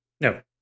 No